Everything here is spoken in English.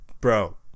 bro